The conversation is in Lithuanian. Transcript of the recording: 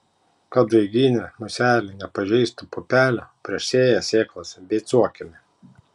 kad daiginė muselė nepažeistų pupelių prieš sėją sėklas beicuokime